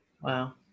wow